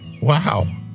Wow